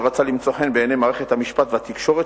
שרצה למצוא חן בעיני מערכת המשפט והתקשורת,